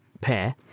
pair